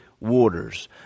waters